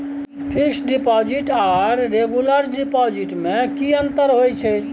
Fix deposit आर regular deposit में की अंतर होय छै?